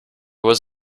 was